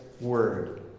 word